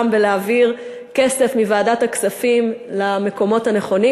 יש אנשים שהם אלופי העולם בלהעביר כסף מוועדת הכספים למקומות הנכונים,